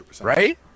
Right